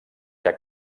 que